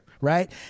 right